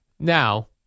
Now